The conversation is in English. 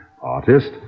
artist